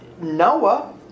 Noah